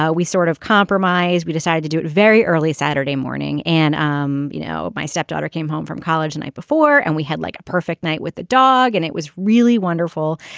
ah we sort of compromise we decided to do it very early saturday morning and um you know my stepdaughter came home from college night before and we had like a perfect night with the dog and it was really wonderful.